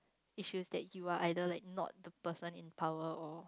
it feels that you are either like not the person in power or